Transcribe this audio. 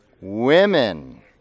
Women